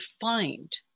find